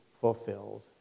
fulfilled